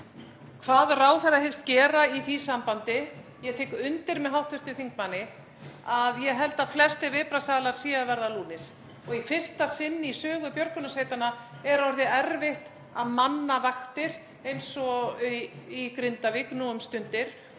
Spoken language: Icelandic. Hvað ráðherra hyggst gera í því sambandi — ég tek undir með hv. þingmanni að ég held að flestir viðbragðsaðilar séu að verða lúnir og í fyrsta sinn í sögu björgunarsveitanna er orðið erfitt að manna vaktir eins og í Grindavík nú um stundir.